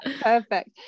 perfect